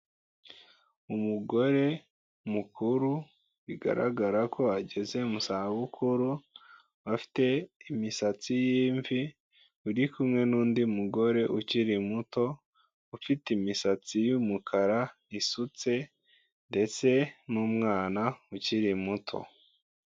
Umugore mukuru, bigaragara ko ageze mu zabukuru, afite imisatsi y'imvi, uri kumwe n'undi mugore ukiri muto, ufite imisatsi y'umukara isutse ndetse n'umwana ukiri muto.